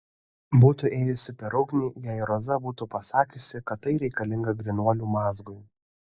būtų ėjusi per ugnį jei roza būtų pasakiusi kad tai reikalinga grynuolių mazgui